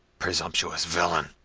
presumptuous villain!